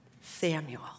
Samuel